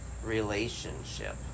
relationship